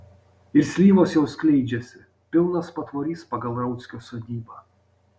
ir slyvos jau skleidžiasi pilnas patvorys pagal rauckio sodybą